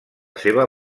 seva